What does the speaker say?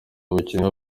umukinnyi